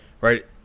right